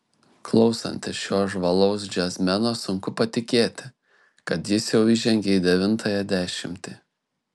klausantis šio žvalaus džiazmeno sunku patikėti kad jis jau įžengė į devintąją dešimtį